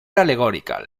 allegorical